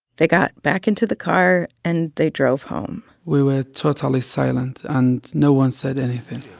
they got back into the car, and they drove home we were totally silent, and no one said anything